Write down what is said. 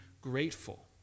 grateful